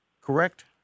Correct